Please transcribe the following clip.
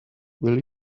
will